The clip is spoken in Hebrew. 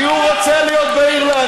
כי הוא רוצה להיות באירלנד.